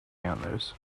antlers